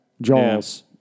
Jaws